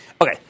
Okay